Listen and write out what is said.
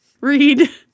read